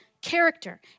character